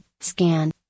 scan